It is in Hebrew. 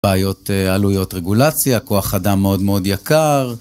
בעיות עלויות רגולציה, כוח אדם מאוד מאוד יקר.